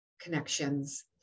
connections